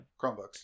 Chromebooks